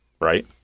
Right